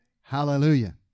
Hallelujah